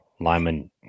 Lyman